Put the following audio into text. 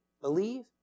believe